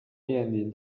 面临